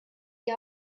die